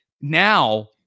now